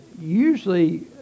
usually